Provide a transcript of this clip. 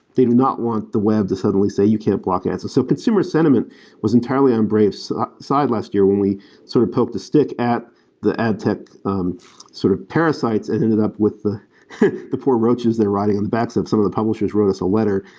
they do not want the web to suddenly say, you can block ads. so consumer sentiment was entirely on brave's side last year when we sort of poke the stick at the adtech um sort of parasites and ended up with the the poor roaches that are riding in the back. some of some of the publishers wrote us a letter.